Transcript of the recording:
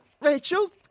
Rachel